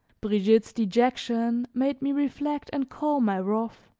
brigitte's dejection made me reflect and calm my wrath.